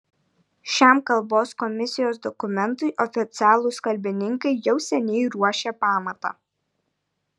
šiam kalbos komisijos dokumentui oficialūs kalbininkai jau seniai ruošė pamatą